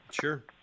Sure